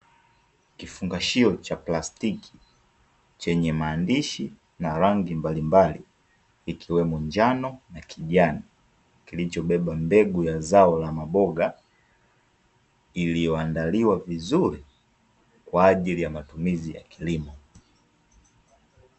Kifungashio cha plastiki chenye maandishi na rangi mbalimbali ikiwemo njano na kijana kilichobeba mbegu ya zao la maboga iliyoandaliwa vizuri kwa ajili ya matumizi ya kilimo.